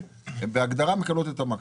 בהגדרה מקבלות את המקסימום.